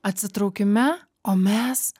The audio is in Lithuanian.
atsitraukime o mes